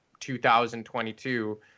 2022